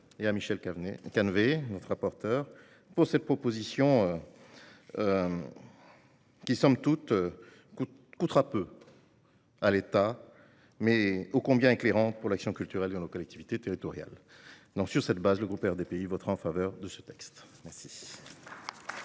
et Michel Canévet, notre rapporteur, pour cette proposition de loi, qui coûtera peu à l'État, mais éclairera l'action culturelle dans nos collectivités territoriales. Sur cette base, le groupe RDPI votera en faveur de ce texte. La